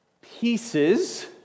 pieces